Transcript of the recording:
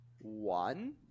one